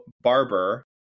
Barber